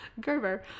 Gerber